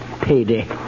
Payday